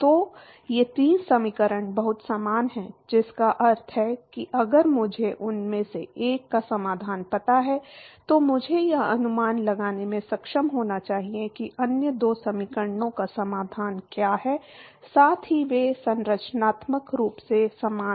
तो ये तीन समीकरण बहुत समान हैं जिसका अर्थ है कि अगर मुझे उनमें से एक का समाधान पता है तो मुझे यह अनुमान लगाने में सक्षम होना चाहिए कि अन्य दो समीकरणों का समाधान क्या है साथ ही वे संरचनात्मक रूप से समान हैं